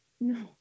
No